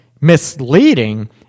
misleading